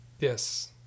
Yes